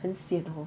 很 sian hor